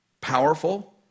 powerful